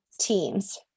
teams